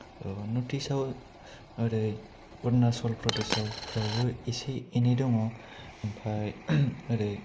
north इस्टआव ओरै अरुणाचल प्रदेशआवफ्रावबो एसे एनै दङ ओमफ्राय ओरै